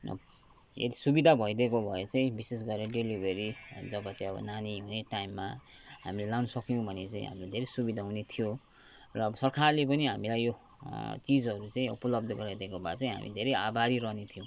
यदि सुविधा भइदिएको भए चाहिँ विशेष गरेर डेलिभेरी जब चाहिँ अब नानी हुने टाइममा हामीले लानु सक्यौँ भने चाहिँ हामीलाई धेरै सुविधा हुने थियो र अब सरकारले पनि हामीलाई यो चिजहरू चाहिँ उपलब्ध गराइदिएको भए चाहिँ हामी धेरै आभारी रहनेथियौँ